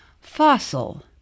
Fossil